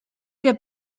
que